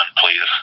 please